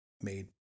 made